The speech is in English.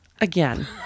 Again